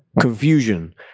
confusion